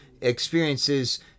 experiences